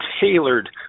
tailored